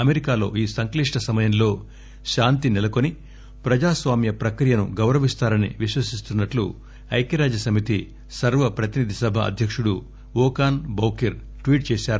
అమెరికాలో ఈ సంక్లిష్ట సమయంలో శాంతి నెలకొనిప్రజాస్వామ్య ప్రక్రియను గౌరవిస్తారని విశ్వసిస్తున్నట్టు ఐక్యరాజ్యసమితి సర్వ ప్రతినిధి సభ అధ్యకుడు ఓకాన్ బౌకిర్ ట్వీట్ చేశారు